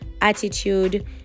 attitude